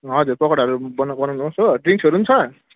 हजुर पकौडाहरू बना बनाउनु होस् हो ड्रिङ्क्सहरु छ